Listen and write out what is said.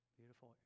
beautiful